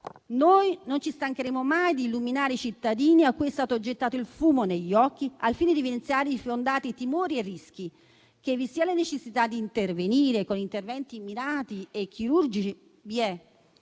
Noi non ci stancheremo mai di illuminare i cittadini, ai quali è stato gettato il fumo negli occhi, al fine di evidenziare i fondati timori e rischi. La necessità di intervenire con interventi mirati e chirurgici